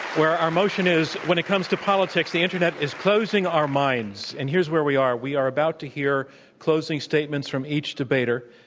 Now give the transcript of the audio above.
where our motion is, when it comes to politics, the internet is closing our minds. and here's where we are, we are about to hear closing statements from each debater.